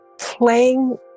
playing